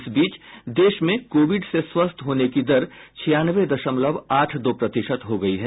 इस बीच देश में कोविड से स्वस्थ होने की दर छियानवे दशमलव आठ दो प्रतिशत हो गई है